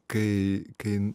kai kai